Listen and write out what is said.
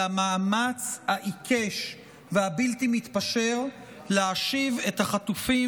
היא המאמץ העיקש והבלתי-מתפשר להשיב את החטופים